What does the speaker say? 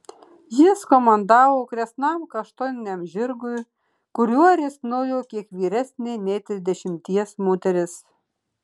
jis komandavo kresnam kaštoniniam žirgui kuriuo risnojo kiek vyresnė nei trisdešimties moteris